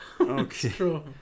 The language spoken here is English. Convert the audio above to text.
Okay